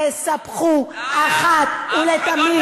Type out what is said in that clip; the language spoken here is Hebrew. תספחו אחת ולתמיד,